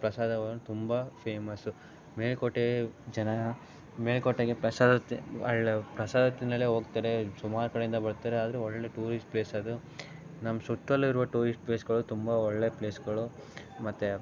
ಪ್ರಸಾದವ ತುಂಬ ಫೇಮಸ್ಸು ಮೇಲುಕೋಟೆ ಜನ ಮೇಲುಕೋಟೆಗೆ ಪ್ರಸಾದ ತಿ ಒಳ ಪ್ರಸಾದ ತಿನ್ನಲೇ ಹೋಗ್ತಾರೆ ಸುಮಾರು ಕಡೆಯಿಂದ ಬರ್ತಾರೆ ಆದರೆ ಒಳ್ಳೆಯ ಟೂರಿಸ್ಟ್ ಪ್ಲೇಸದು ನಮ್ಮ ಸುತ್ತಲೂ ಇರುವ ಟೂರಿಸ್ಟ್ ಪ್ಲೇಸ್ಗಳು ತುಂಬ ಒಳ್ಳೆಯ ಪ್ಲೇಸ್ಗಳು ಮತ್ತು